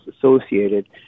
associated